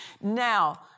Now